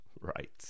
Right